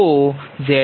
તેથી તે ZBUS0